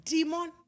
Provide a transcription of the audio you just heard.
Demon